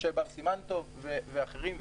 משה בר סימן טוב, אנחנו ואחרים.